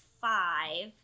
five